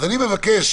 אני מבקש